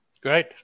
Great